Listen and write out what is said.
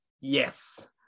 yes